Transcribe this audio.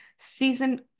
Season